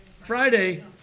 Friday